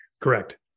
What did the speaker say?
Correct